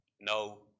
no